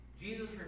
Jesus